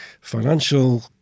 financial